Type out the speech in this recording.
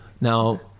Now